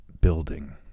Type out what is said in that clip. building